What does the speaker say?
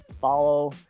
follow